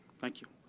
thank you.